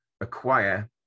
acquire